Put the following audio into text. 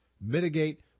mitigate